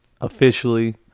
officially